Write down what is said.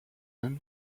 non